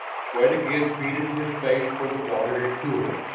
sweat again beaded his face where the water had cooled it.